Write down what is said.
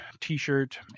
T-shirt